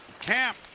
camp